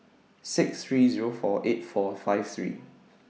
six three Zero four eight four five three